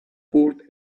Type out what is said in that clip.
poured